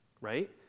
Right